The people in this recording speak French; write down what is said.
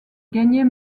gagnait